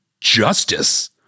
justice